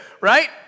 right